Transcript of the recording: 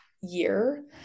year